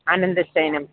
അനന്തശയനം